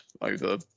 over